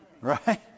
Right